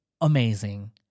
amazing